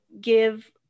give